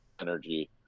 energy